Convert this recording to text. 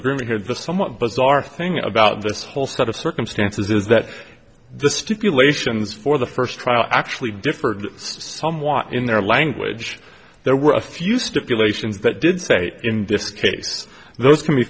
agreement here the somewhat bizarre thing about this whole set of circumstances is that the stipulations for the first trial actually differed some want in their language there were a few stipulations but did say in this case those can be